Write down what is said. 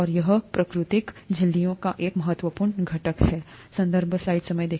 और यह प्राकृतिक झिल्लियों का एक महत्वपूर्ण घटक है